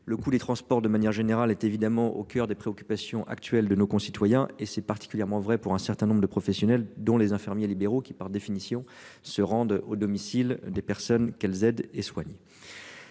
Le coût des transports de manière générale est évidemment au coeur des préoccupations actuelles de nos concitoyens et c'est particulièrement vrai pour un certain nombre de professionnels dont les infirmiers libéraux qui, par définition, se rendent au domicile des personnes qu'elles aident et soigné.